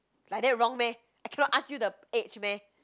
like that wrong meh I cannot ask you the age meh